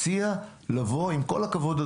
עם כל הכבוד,